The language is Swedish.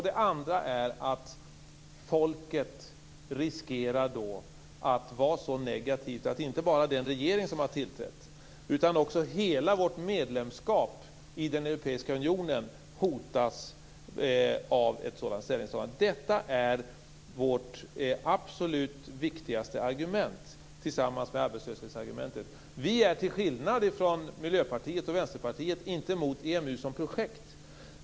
Det andra är att man riskerar att folket är så negativt att inte bara den regering som har tillträtt, utan hela vårt medlemskap i den europeiska unionen hotas av ett sådant ställningstagande. Detta är vårt absolut viktigaste argument, tillsammans med arbetslöshetsargumentet. Vi är till skillnad från Miljöpartiet och Vänsterpartiet inte emot EMU som projekt.